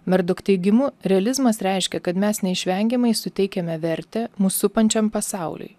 merdok teigimu realizmas reiškia kad mes neišvengiamai suteikiame vertę mus supančiam pasauliui